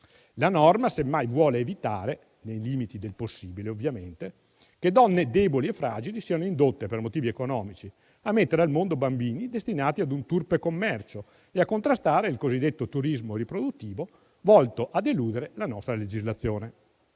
La norma, semmai, vuole evitare, nei limiti del possibile ovviamente, che donne deboli e fragili siano indotte, per motivi economici, a mettere al mondo bambini destinati a un turpe commercio e a contrastare il cosiddetto turismo riproduttivo, volto a eludere la nostra legislazione.